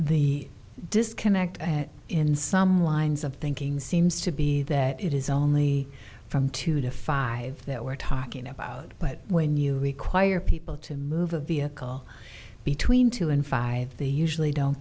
the disconnect in some lines of thinking seems to be that it is only from two to five that we're talking about but when you require people to move a vehicle between two and five they usually don't